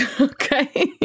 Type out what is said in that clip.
Okay